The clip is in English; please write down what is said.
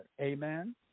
Amen